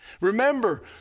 Remember